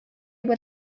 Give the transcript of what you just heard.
were